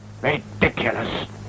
Ridiculous